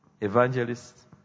evangelists